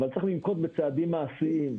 צריך לנקוט בצעדים מעשיים.